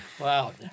Wow